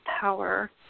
power